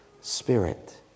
Spirit